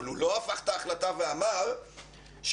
אבל הוא לא הפך את ההחלטה ואמר שהתנועה